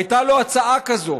הייתה לו הצעה כזאת.